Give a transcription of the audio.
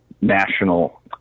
national